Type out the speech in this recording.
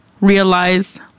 realize